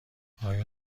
آیا